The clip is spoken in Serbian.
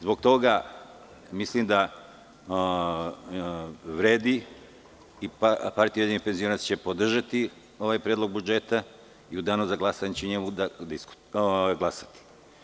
Zbog toga mislim da vredi i PUPS će podržati ovaj predlog budžeta i u danu za glasanje će za njega glasati.